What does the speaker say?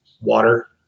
water